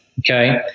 Okay